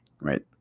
right